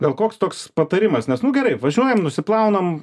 gal koks toks patarimas nes nu gerai važiuojam nusiplaunam